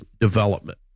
development